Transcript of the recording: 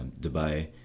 Dubai